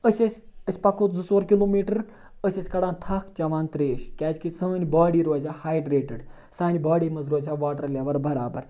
أسۍ ٲسۍ أسۍ پَکو زٕ ژور کِلوٗمیٖٹَر أسۍ ٲسۍ کَڑان تھَکھ چٮ۪وان ترٛیش کیٛازِکہِ سٲنۍ باڈی روزِ ہا ہایڈرٛیٹٕڈ سانہِ باڈی منٛز روزِ ہا واٹَر لٮ۪وَل برابر